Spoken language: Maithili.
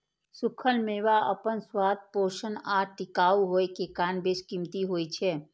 खूखल मेवा अपन स्वाद, पोषण आ टिकाउ होइ के कारण बेशकीमती होइ छै